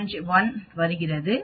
இங்கு e l வருகிறது இது 0